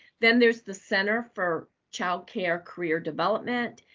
then there's the center for child care career development,